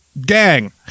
Gang